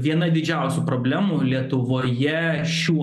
viena didžiausių problemų lietuvoje šiuo